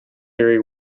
very